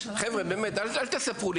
חבר'ה, אל תספרו לי.